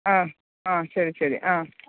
ആ ആ ശരി ശരി ആ